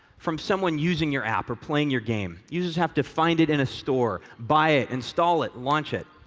from someone using your app or playing your game. users have to find it in a store, buy it, install it, launch it.